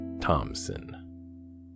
Thompson